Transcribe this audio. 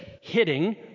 hitting